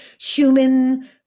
human